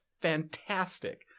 Fantastic